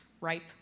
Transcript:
ripe